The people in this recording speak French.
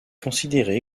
considéré